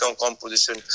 composition